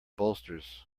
bolsters